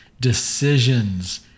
Decisions